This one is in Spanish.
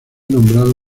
nombrado